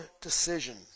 decision